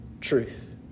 truth